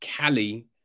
Callie